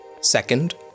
Second